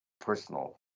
personal